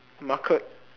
market